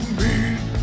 meet